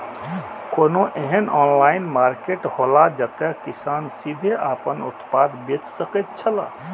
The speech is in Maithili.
कोनो एहन ऑनलाइन मार्केट हौला जते किसान सीधे आपन उत्पाद बेच सकेत छला?